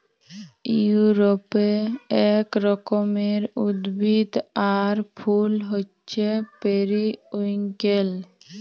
ইউরপে এক রকমের উদ্ভিদ আর ফুল হচ্যে পেরিউইঙ্কেল